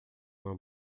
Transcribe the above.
não